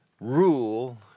Rule